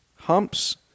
humps